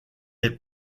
est